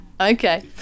okay